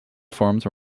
formed